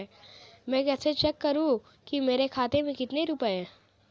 मैं कैसे चेक करूं कि मेरे खाते में कितने रुपए हैं?